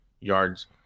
yards